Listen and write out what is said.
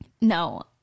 No